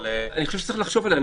אני חושב שצריך לחשוב עליה,